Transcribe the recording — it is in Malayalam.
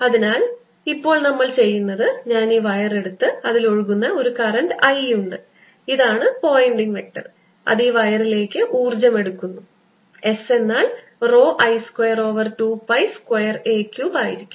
അതിനാൽ ഇപ്പോൾ നമ്മൾ ചെയ്യുന്നത് ഞാൻ ഈ വയർ എടുക്കുന്നു അതിൽ ഒഴുകുന്ന ഒരു കറന്റ് I ഉണ്ട് ഇതാണ് പോയിന്റിംഗ് വെക്റ്റർ അത് ഈ വയറിലേക്ക് ഊർജ്ജം എടുക്കുന്നു S എന്നത് rho I square over 2 pi square a cubes ആയിരിക്കും